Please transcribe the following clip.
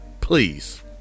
please